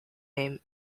name